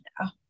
now